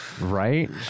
Right